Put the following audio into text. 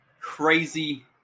crazy